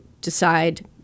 decide